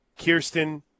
Kirsten